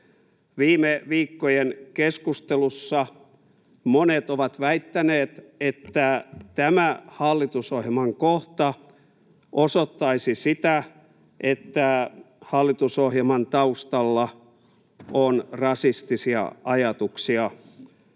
Viime viikkojen keskustelussa monet ovat väittäneet, että tämä hallitusohjelman kohta osoittaisi, että hallitusohjelman taustalla on rasistisia ajatuksia.